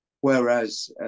whereas